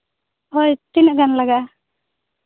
ᱦᱳᱭ ᱛᱤᱱᱟᱹᱜ ᱜᱟᱱ ᱞᱟᱜᱟᱜᱼᱟ